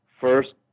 first